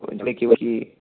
केवल यह